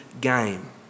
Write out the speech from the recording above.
game